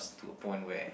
it's to a point where